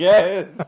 Yes